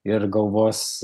ir galvos